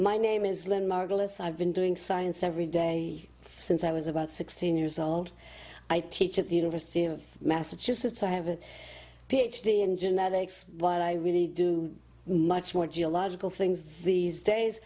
my name is lynn margulis i've been doing science every day since i was about sixteen years old i teach at the university of massachusetts i have a ph d in genetics but i really do much more geological things these days